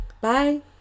Bye